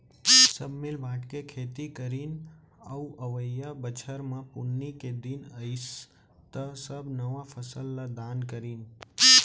सब मिल बांट के खेती करीन अउ अवइया बछर म पुन्नी के दिन अइस त सब नवा फसल ल दान करिन